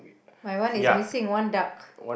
my one is missing one duck